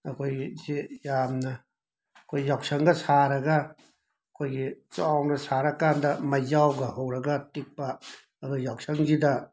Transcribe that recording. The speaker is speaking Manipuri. ꯑꯈꯣꯏꯒꯤꯁꯦ ꯌꯥꯝꯅ ꯑꯩꯈꯣꯏ ꯌꯥꯎꯁꯪꯒ ꯁꯥꯔꯒ ꯑꯩꯈꯣꯏꯒꯤ ꯆꯥꯎꯅ ꯁꯥꯔꯀꯥꯟꯗ ꯃꯩꯖꯥꯎꯒ ꯍꯧꯔꯒ ꯇꯤꯛꯄ ꯑꯗꯨꯒ ꯌꯥꯎꯁꯪꯁꯤꯗ